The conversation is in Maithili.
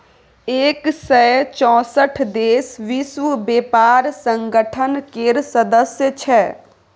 एक सय चौंसठ देश विश्व बेपार संगठन केर सदस्य छै